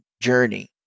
journey